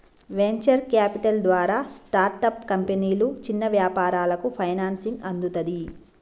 venture capital ద్వారా startup కంపెనీలు, చిన్న వ్యాపారాలకు ఫైనాన్సింగ్ అందుతది